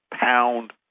pound